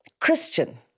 Christian